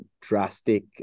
drastic